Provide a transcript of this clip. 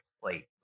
plate